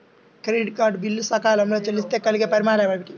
Credit card bill సకాలంలో చెల్లిస్తే కలిగే పరిణామాలేమిటి?